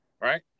right